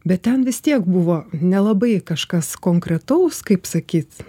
bet ten vis tiek buvo nelabai kažkas konkretaus kaip sakyt